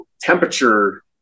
temperature